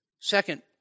Second